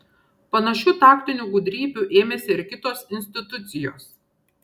panašių taktinių gudrybių ėmėsi ir kitos institucijos